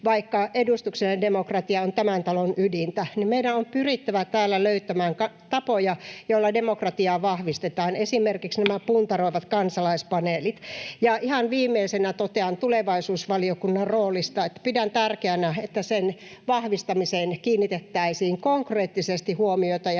Vaikka edustuksellinen demokratia on tämän talon ydintä, niin meidän on pyrittävä täällä löytämään tapoja, joilla demokratiaa vahvistetaan, esimerkiksi nämä puntaroivat kansalaispaneelit. Ja ihan viimeisenä totean tulevaisuusvaliokunnan roolista, että pidän tärkeänä, että sen vahvistamiseen kiinnitettäisiin konkreettisesti huomiota